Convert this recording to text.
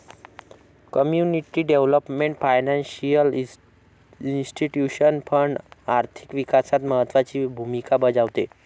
community development financial institution fund आर्थिक विकासात महत्त्वाची भूमिका बजावते